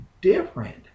different